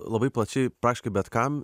labai plačiai aišku bet kam